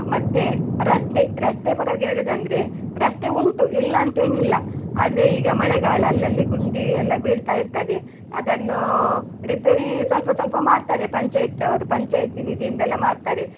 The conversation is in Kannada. ಮತ್ತೆ ರಸ್ತೆ ರಸ್ತೆ ಪರ್ವಾಗಿ ಹೇಳುದಂದ್ರೆ ರಸ್ತೆ ಉಂಟು ಇಲ್ಲ ಅಂತೇನಿಲ್ಲ ಆದರೆ ಈಗ ಮಳೆಗಾಲ ಅಲ್ಲಲ್ಲಿ ಗುಂಡಿ ಎಲ್ಲ ಬೀಳ್ತಾ ಇರ್ತದೆ ಅದನ್ನು ರಿಪೇರೀ ಸ್ವಲ್ಪ ಸ್ವಲ್ಪ ಮಾಡ್ತಾರೆ ಪಂಚಾಯ್ತವರು ಪಂಚಾಯ್ತಿ ನಿಧಿಯಿಂದೆಲ್ಲ ಮಾಡ್ತಾರೆ